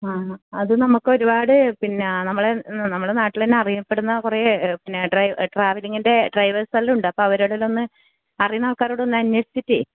അത് നമുക്ക് ഒരുപാട് പിന്നെ നമ്മളെ നമ്മളുടെ നാട്ടിൽ തന്നെ അറിയപ്പെടുന്ന കുറെ പിന്നെ ഡ്രൈവ് ട്രാവലിംഗിൻ്റെ ഡ്രൈവേഴ്സ് എല്ലാം ഉണ്ട് അപ്പം അവരോട് എല്ലാം ഒന്ന് അറിയുന്ന ആൾക്കാരോട് ഒന്ന് അന്വേഷിച്ചിട്ടെ